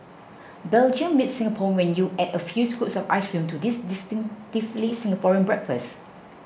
Belgium meets Singapore when you add a few scoops of ice cream to this distinctively Singaporean breakfast